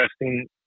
interesting